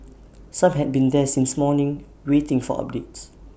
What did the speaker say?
some had been there since morning waiting for updates